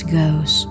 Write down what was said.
goes